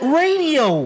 radio